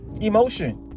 emotion